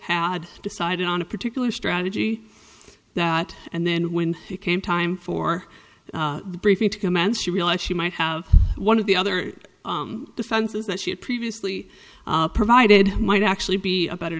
had decided on a particular strategy that and then when it came time for the briefing to commence she realized she might have one of the other defenses that she had previously provided might actually be a better